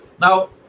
Now